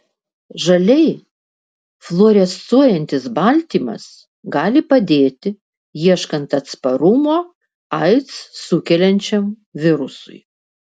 žaliai fluorescuojantis baltymas gali padėti ieškant atsparumo aids sukeliančiam virusui